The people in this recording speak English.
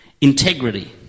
Integrity